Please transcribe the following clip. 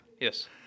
Yes